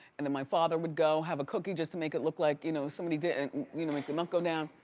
and then my father would go have a cookie just to make it look like you know somebody did and you know make the milk go down.